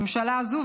הממשלה הזו,